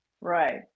Right